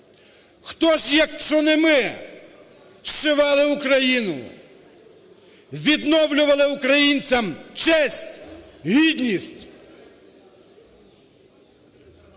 Хто ж, якщо не ми, зшивали Україну, відновлювали українцям честь, гідність?!